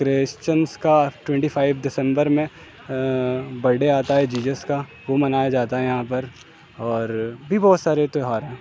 Christians کا twenty five December میں birthday آتا ہے جیجز کا وہ منایا جاتا ہے یہاں پر اور بھی بہت سارے تیوہار ہیں